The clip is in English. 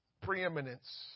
preeminence